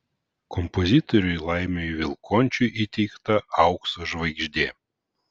kompozitoriui laimiui vilkončiui įteikta aukso žvaigždė